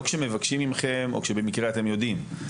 לא כשמבקשים מכם או כשבמקרה אתם יודעים,